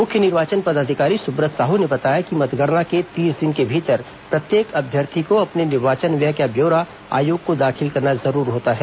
मुख्य निर्वाचन पदाधिकारी सुब्रत साहू ने बताया कि मतगणना के तीस दिन के भीतर प्रत्येक अभ्यर्थी को अपने निर्वाचन व्यय का ब्यौरा आयोग को दाखिल करना जरूर होता है